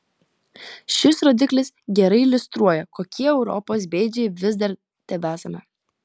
šis rodiklis gerai iliustruoja kokie europos bėdžiai vis dar tebesame